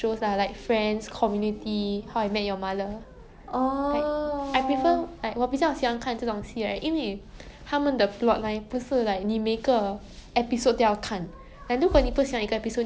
like every episode itself 有自己的 comedy efffects as in like drama um 你要 watch episode one to watch episode two to watch episode three